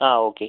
ആ ഓക്കെ